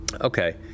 Okay